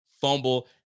Fumble